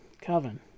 calvin